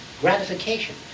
gratification